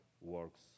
works